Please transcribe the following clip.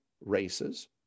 races